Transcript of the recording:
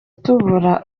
tubura